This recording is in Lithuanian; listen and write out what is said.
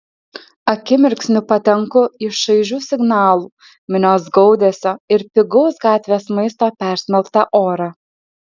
akimirksniu patenku į šaižių signalų minios gaudesio ir pigaus gatvės maisto persmelktą orą